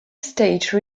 stage